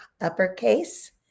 uppercase